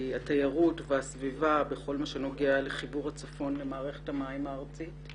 התיירות והסביבה בכל מה שנוגע לחיבור הצפון למערכת המים הארצית,